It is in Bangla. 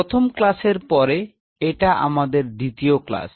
প্রথম ক্লাসের পরে এটা আমাদের দ্বিতীয় ক্লাস